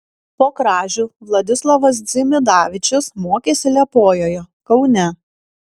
po kražių vladislovas dzimidavičius mokėsi liepojoje kaune